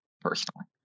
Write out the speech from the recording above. personally